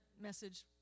message